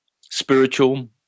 spiritual